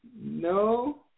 No